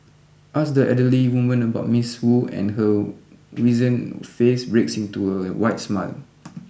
ask the elderly woman about Miss Wu and her wizened face breaks into a wide smile